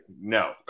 No